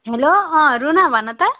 hello अँ रुना भन त